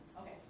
Okay